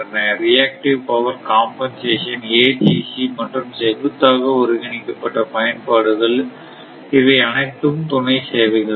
reactive power compensation AGC மற்றும் செங்குத்தாக ஒருங்கிணைக்கப்பட்ட பயன்பாடுகள் இவை அனைத்தும் துணைச் சேவைகள் தான்